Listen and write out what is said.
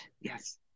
Yes